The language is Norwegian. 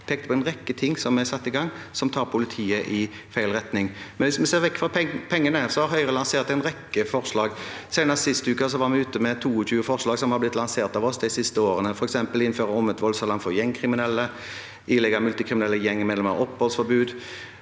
som er satt i gang, og som tar politiet i feil retning. Hvis vi ser vekk fra pengene, har Høyre lansert en rekke forslag. Senest sist uke var vi ute og viste til 22 forslag som har blitt lansert av oss de siste årene, f.eks. å innføre omvendt voldsalarm for gjengkriminelle og ilegge multikriminelle gjengmedlemmer oppholdsforbud